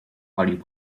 palił